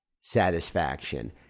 satisfaction